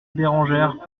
bérengère